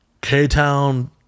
k-town